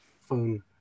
phone